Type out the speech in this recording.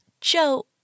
Joe